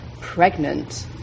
Pregnant